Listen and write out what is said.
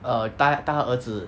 err 带带她儿子